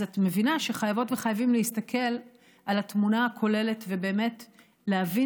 אז את מבינה שחייבות וחייבים להסתכל על התמונה הכוללת ובאמת להבין